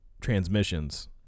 transmissions